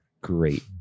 great